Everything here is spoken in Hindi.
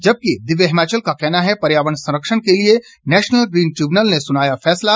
जबकि दिव्य हिमाचल का कहना है पर्यावरण संरक्षण के लिए नेशनल ग्रीन ट्रिब्यूनल ने सुनाया फैसला